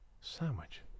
Sandwich